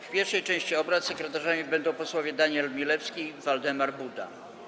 W pierwszej części obrad sekretarzami będą posłowie Daniel Milewski i Waldemar Buda.